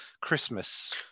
christmas